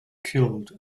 killed